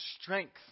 strength